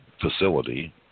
facility